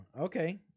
Okay